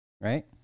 right